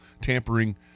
tampering